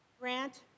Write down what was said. grant